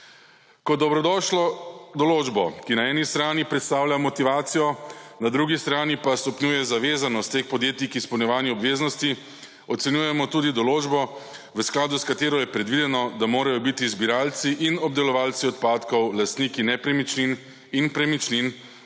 Kot dobrodošlo določbo, ki na eni strani predstavlja motivacijo, na drugi strani pa stopnjuje zavezanost teh podjetij k izpolnjevanju obveznosti, ocenjujemo tudi določbo, v skladu s katero je predvideno, da morajo biti zbiralci in obdelovalci odpadkov lastniki nepremičnin in premičnin,